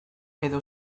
edo